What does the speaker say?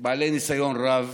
האזרחים הערבים, בעלי ניסיון רב